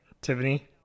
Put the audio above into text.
Tiffany